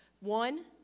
One